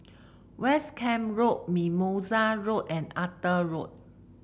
West Camp Road Mimosa Road and Arthur Road